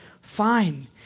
fine